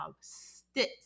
stitch